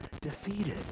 defeated